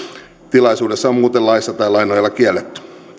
tilaisuudessa on muuten laissa tai lain nojalla kielletty